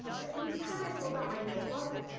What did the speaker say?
but each time i pulled out my notebook,